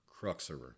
cruxer